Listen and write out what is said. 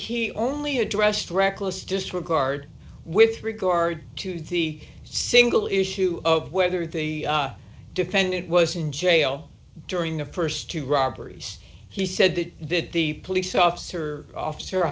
he only addressed reckless disregard with regard to the single issue of whether the defendant was in jail during the st two robberies he said that the police officer officer